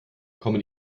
kommen